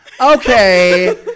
Okay